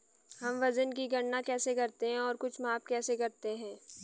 हम वजन की गणना कैसे करते हैं और कुछ माप कैसे करते हैं?